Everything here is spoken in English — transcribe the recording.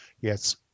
yes